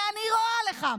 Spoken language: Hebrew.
ואני רואה לך,